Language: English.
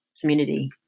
community